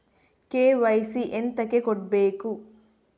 KYC ಎಂತಕೆ ಕೊಡ್ಬೇಕು?